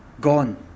Gone